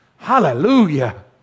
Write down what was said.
Hallelujah